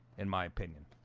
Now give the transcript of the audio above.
in my opinion,